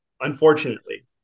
unfortunately